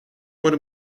wurde